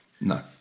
No